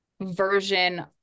version